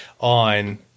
on